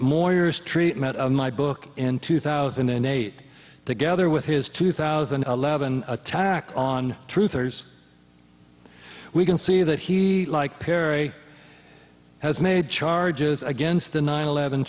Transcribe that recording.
more years treatment of my book in two thousand and eight together with his two thousand and eleven attack on truth others we can see that he like perry has made charges against the nine eleven